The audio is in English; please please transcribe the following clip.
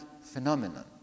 phenomenon